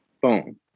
Boom